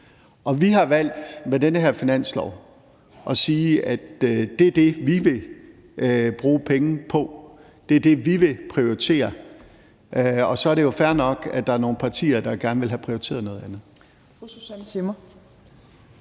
Vi har med den her finanslov valgt at sige, at det er det, vi vil bruge penge på, at det er det, vi vil prioritere. Og så er det jo fair nok, at der er nogle partier, der gerne vil have prioriteret noget andet.